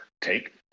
take